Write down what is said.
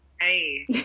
hey